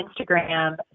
Instagram